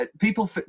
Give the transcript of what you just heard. people